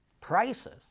Prices